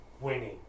winning